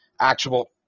actual